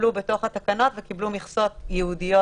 שטופלו בתוך התקנות וקיבלו מכסות ייעודיות